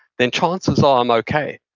then chances are i'm okay,